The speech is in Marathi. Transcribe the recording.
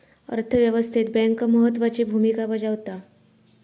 अर्थ व्यवस्थेत बँक महत्त्वाची भूमिका बजावता